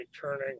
turning